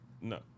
No